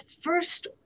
first